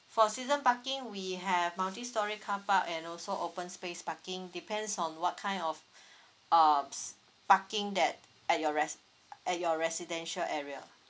for season parking we have multistorey car park and also open space parking depends on what kind of uh parking that at your res~ at your residential area